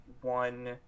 one